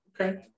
Okay